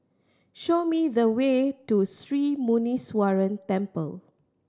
show me the way to Sri Muneeswaran Temple